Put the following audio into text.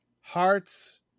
Hearts